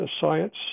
science